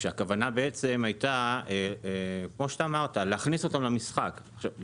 כשהכוונה היתה להכניס אותם למשחק, כמו שאמרת.